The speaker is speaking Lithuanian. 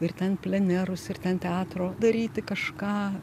ir ten plenerus ir ten teatro daryti kažką